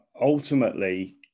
ultimately